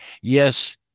yes